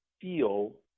feel